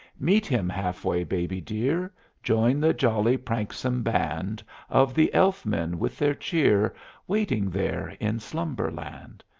meet him half-way, baby dear join the jolly pranksome band of the elf-men with their cheer waiting there in slumberland.